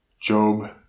Job